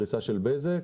ב-10%.